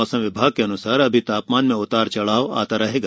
मौसम विभाग के अनुसार अभी तापमान में उतार चढ़ाव आता रहेगा